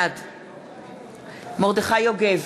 בעד מרדכי יוגב,